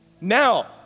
Now